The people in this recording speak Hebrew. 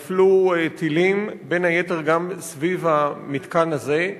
נפלו טילים, בין היתר, גם סביב המתקן הזה,